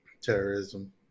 terrorism